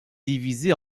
divisé